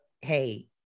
hey